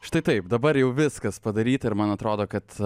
štai taip dabar jau viskas padaryta ir man atrodo kad